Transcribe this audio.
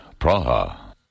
Praha